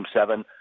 Seven